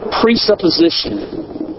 presupposition